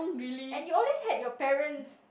and you always had your parents